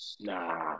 Nah